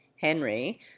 henry